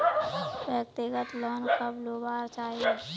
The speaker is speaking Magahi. व्यक्तिगत लोन कब लुबार चही?